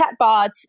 chatbots